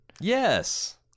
Yes